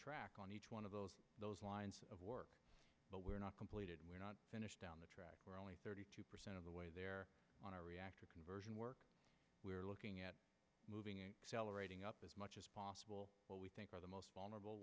track on each one of those lines of work but we're not completed we're not finished down the track we're only thirty percent of the way there on our reactor conversion work we're looking at moving celebrating up as much as possible what we think are the most vulnerable